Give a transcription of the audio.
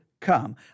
come